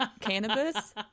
cannabis